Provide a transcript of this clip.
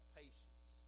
patience